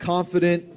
Confident